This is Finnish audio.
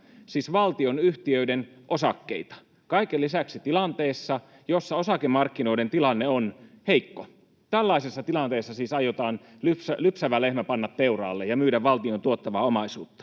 siis valtionyhtiöiden osakkeita, kaiken lisäksi tilanteessa, jossa osakemarkkinoiden tilanne on heikko. Tällaisessa tilanteessa siis aiotaan lypsävä lehmä panna teuraalle ja myydä valtion tuottavaa omaisuutta.